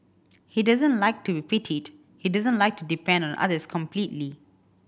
he doesn't like to pitied he doesn't like to depend on others completely